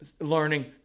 learning